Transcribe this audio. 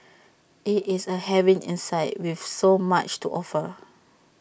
IT is A haven inside with so much to offer